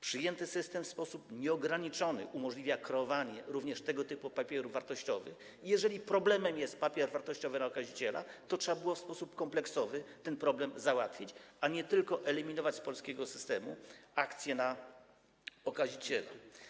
Przyjęty system w sposób nieograniczony umożliwia kreowanie również tego typu papierów wartościowych i jeżeli problemem jest papier wartościowy na okaziciela, to trzeba było w sposób kompleksowy ten problem załatwić, a nie tylko eliminować z polskiego systemu akcje na okaziciela.